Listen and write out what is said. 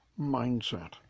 mindset